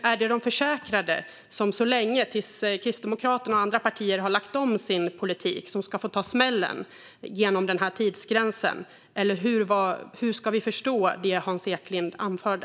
Är det de försäkrade som, tills Kristdemokraterna och andra partier har lagt om sin politik, ska ta smällen genom tidsgränsen, eller hur ska vi förstå det som Hans Eklind anförde?